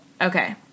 Okay